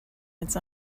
its